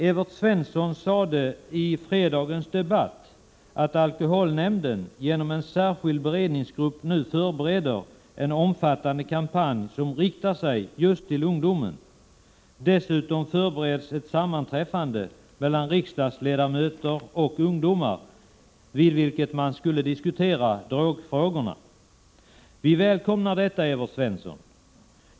Evert Svensson sade i fredagens debatt att alkoholnämnden genom en särskild beredningsgrupp nu förbereder en omfattande kampanj som riktar sig just till ungdomen. Dessutom förbereds ett sammanträffande mellan riksdagsledamöter och ungdomar vid vilket man skulle diskutera drogfrågorna. Vi välkomnar detta, Evert Svensson.